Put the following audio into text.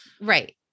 right